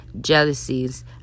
jealousies